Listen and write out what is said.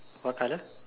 what color